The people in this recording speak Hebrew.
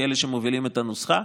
כאלה שמובילים את הנוסחה.